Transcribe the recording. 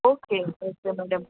okay okay madam